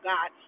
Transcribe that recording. God